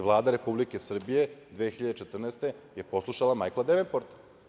Vlada Republike Srbije 2014. godine je poslušala Majkla Devenporta.